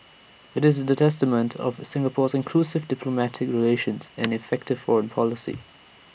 it's the testament of Singapore's inclusive diplomatic relations and effective foreign policy